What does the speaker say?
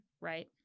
Right